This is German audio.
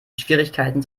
schwierigkeiten